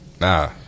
nah